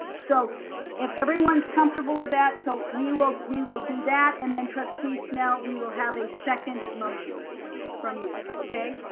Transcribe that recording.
so if everyone's comfortable with that, so we will we will do that. and then trustee snell we will have a second motion from you, okay?